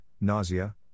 nausea